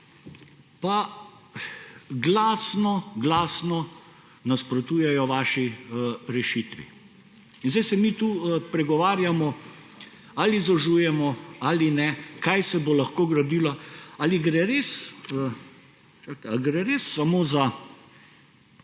glasno nasprotujejo vaši rešitvi. In zdaj se mi tukaj pregovarjamo ali zožujemo ali ne, kaj se bo lahko gradilo. Ali gre res samo za